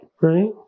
right